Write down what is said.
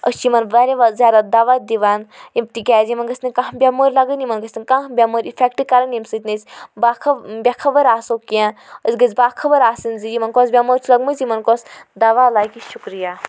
أسۍ چھِ یمن واریاہ زیادٕ دوا دوان تِکیٛازِ یمن گٔژھ نہٕ کانٛہہ بیٚمٲرۍ لَگٕنۍ یمن گٔژھ نہٕ کانٛہہ بیٚمٲرۍ اِفیٚکٹہٕ کَرٕنۍ ییٚمہِ سۭتۍ نہٕ أسۍ با خب بےٚ خبر آسو کیٚنٛہہ أسۍ گٔژھۍ با خبر آسٕنۍ زِ یمن کۄس بیٚمٲرۍ چھ لوٚگمٕژ یمن کۄس دوا لَگہِ شُکریہ